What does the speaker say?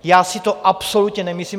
Já si to absolutně nemyslím.